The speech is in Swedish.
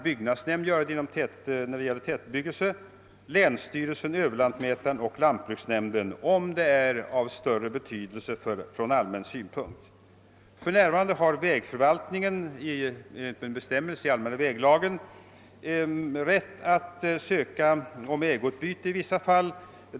Byggnadsnämnd kan också göra detta när det gäller tätbebyggelse, och likaså länsstyrelse, överlantmätare eller lantbruksnämnd om fastighetsregleringen är av större betydelse från allmän synpunkt. För närvarande har vägförvaltningen enligt en bestämmelse i allmänna väglagen rätt att söka ägoutbyte i vissa fall.